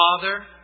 Father